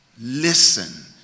Listen